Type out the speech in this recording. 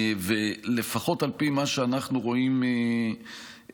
ולפחות על פי מה שאנחנו רואים כרגע,